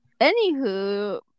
Anywho